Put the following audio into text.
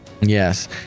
Yes